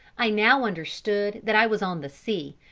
i now understood that i was on the sea,